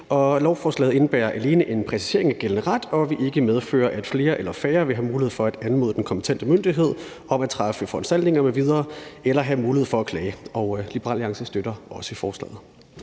Lovforslaget indebærer alene en præcisering af gældende ret og vil ikke medføre, at flere eller færre vil have mulighed for at anmode den kompetente myndighed om at træffe foranstaltninger m.v. eller have mulighed for at klage. Liberal Alliance støtter forslaget.